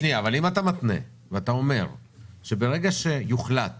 אם אתה מתנה ואומר שכאשר יוחלט